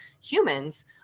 humans